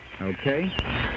Okay